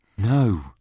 No